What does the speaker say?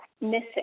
missing